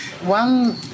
One